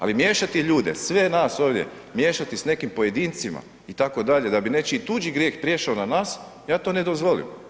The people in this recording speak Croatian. Ali miješati ljude, sve nas ovdje miješati s nekim pojedincima itd., da bi nečiji tuđi grijeh prešao na nas, ja to ne dozvolim.